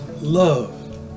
love